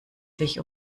sich